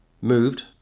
moved